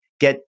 get